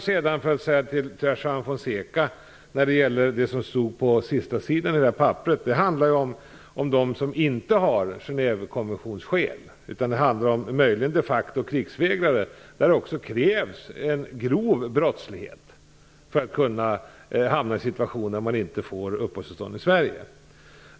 Sedan vill jag, med anledning av det som stod på sista sidan i svaret, säga till Juan Fonseca att när det gäller dem som inte har Genèvekonventionsskäl utan som är krigsvägrare måste det också vara fråga om grov brottslighet för att de inte skall få uppehållstillstånd i Sverige.